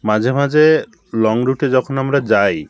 মাঝে মাঝে লং রুটে যখন আমরা যাই